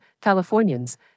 Californians